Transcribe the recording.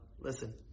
Listen